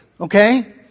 okay